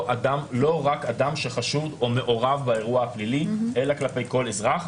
לא רק אדם שחשוד או מעורב באירוע פלילי אלא כלפי כל אזרח.